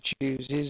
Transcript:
chooses